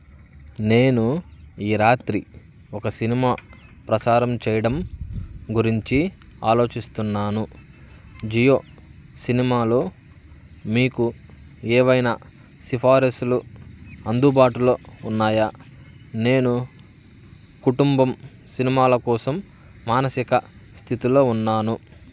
నేను ఈ రాత్రి ఒక సినిమా ప్రసారం చేయడం గురించి ఆలోచిస్తున్నాను జియో సినిమాలో మీకు ఏవైనా సిఫార్సులు అందుబాటులో ఉన్నాయా నేను కుటుంబం సినిమాల కోసం మానసిక స్థితిలో ఉన్నాను